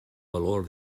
valor